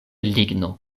ligno